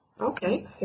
Okay